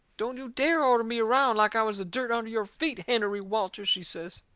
don't you dare order me around like i was the dirt under your feet, hennerey walters, she says.